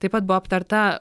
taip pat buvo aptarta